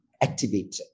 activated